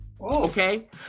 okay